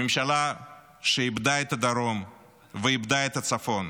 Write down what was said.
הממשלה שאיבדה את הדרום ואיבדה את הצפון.